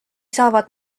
saavad